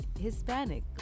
Hispanic